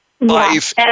Life